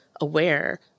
aware